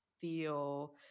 feel